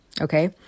okay